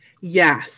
Yes